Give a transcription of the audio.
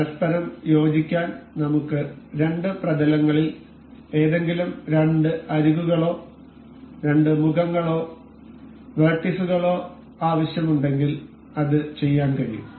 പരസ്പരം യോജിക്കാൻ നമുക്ക് രണ്ട് പ്രതലങ്ങളിൽ ഏതെങ്കിലും രണ്ട് അരികുകളോ രണ്ട് മുഖങ്ങളോ വെർട്ടീസുകളോ ആവശ്യമുണ്ടെങ്കിൽ അത് ചെയ്യാൻ കഴിയും